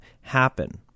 happen